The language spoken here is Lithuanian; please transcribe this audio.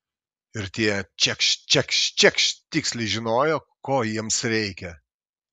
ir tie čekšt čekšt čekšt tiksliai žinojo ko jiems reikia